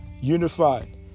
unified